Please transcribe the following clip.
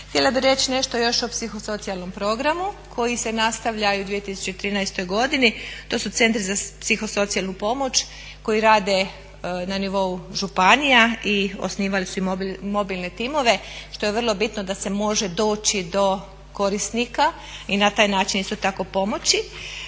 htjela bih reći nešto još o psihosocijalnom programu koji se nastavlja i u 2013. godini. To su centri za psihosocijalnu pomoć koji rade na nivou županija i osnivali su i mobilne timove što je vrlo bitno da se može doći do korisnika i na taj način isto tako pomoći.